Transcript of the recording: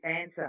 answer